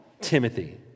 Timothy